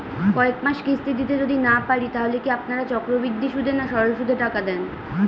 কয়েক মাস কিস্তি দিতে যদি না পারি তাহলে কি আপনারা চক্রবৃদ্ধি সুদে না সরল সুদে টাকা দেন?